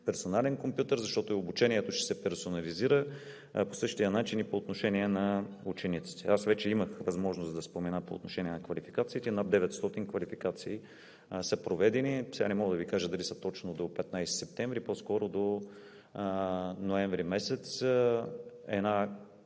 персонален компютър, защото обучението ще се персонализира, а по същия начин и по отношение на учениците. Аз вече имах възможност да спомена по отношение на квалификациите – над 900 квалификации са проведени. Сега не мога да Ви кажа дали са точно до 15 септември, по-скоро до месец